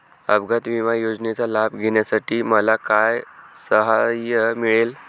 अपघात विमा योजनेचा लाभ घेण्यासाठी मला काय सहाय्य मिळेल?